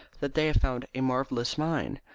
that they have found a marvellous mine,